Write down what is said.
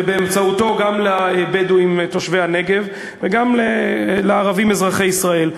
ובאמצעותו גם לבדואים תושבי הנגב וגם לערבים אזרחי ישראל.